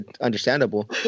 understandable